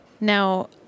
Now